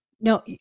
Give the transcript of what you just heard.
No